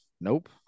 nope